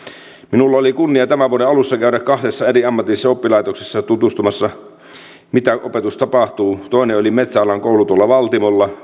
minulla oli kunnia tämän vuoden alussa käydä kahdessa eri ammatillisessa oppilaitoksessa tutustumassa miten opetus tapahtuu toinen oli metsäalan koulu valtimolla